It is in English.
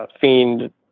Fiend